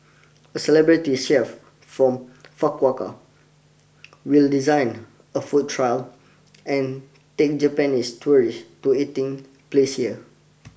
a celebrity chef from Fukuoka will design a food trail and take Japanese tourists to eating places here